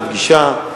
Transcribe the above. לפגישה,